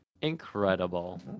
Incredible